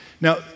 Now